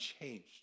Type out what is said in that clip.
changed